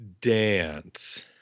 dance